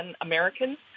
Americans